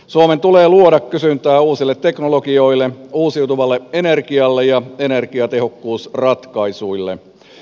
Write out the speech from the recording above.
suomen tulee luoda kysyntää uusille teknologioille uusiutuvalle energialle ja energiatehokkuusratkaisuille